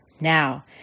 Now